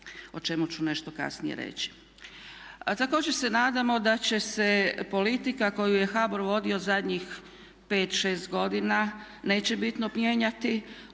o čemu ću nešto kasnije reći. A također se nadamo da će se politika koju je HBOR vodio zadnjih 5, 6 godina neće bitno mijenjati, odnosno